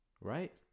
right